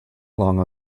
long